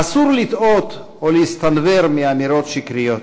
אסור לטעות או להסתנוור מאמירות שקריות.